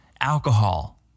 alcohol